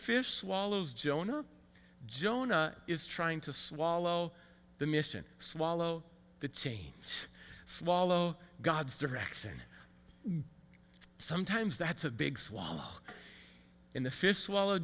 fish swallows jonah jonah is trying to swallow the mission swallow the chain swallow god's direction sometimes that's a big swallow in the fish swallowed